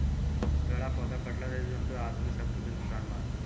पेड़ आ पौधा कटला से जीव जंतु आ आदमी सब के भी नुकसान बा